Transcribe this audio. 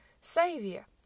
Savior